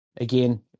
again